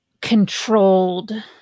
controlled